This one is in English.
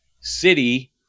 city